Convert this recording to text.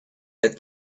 that